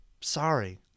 sorry